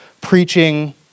preaching